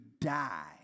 die